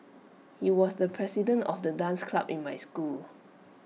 he was the president of the dance club in my school